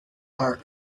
are